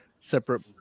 separate